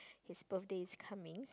his birthday is coming